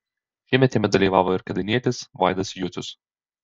šiemet jame dalyvavo ir kėdainietis vaidas jucius